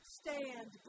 stand